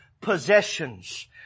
possessions